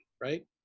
right